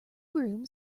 broom